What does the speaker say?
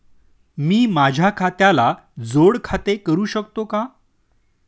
मी माझ्या खात्याला जोड खाते करू शकतो का?